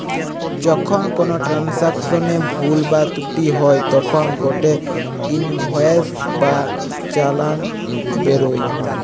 যখন কোনো ট্রান্সাকশনে ভুল বা ত্রুটি হই তখন গটে ইনভয়েস বা চালান বেরোয়